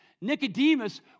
Nicodemus